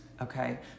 okay